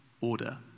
order